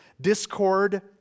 discord